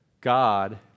God